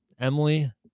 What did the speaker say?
Emily